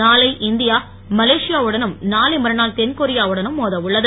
நானை India Malaysia வுடனும் நானை மறுநாள் தென்கொரியா வுடனும் மோத உள்ளது